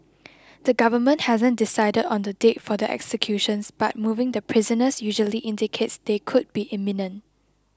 the government hasn't decided on the date for the executions but moving the prisoners usually indicates they could be imminent